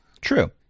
True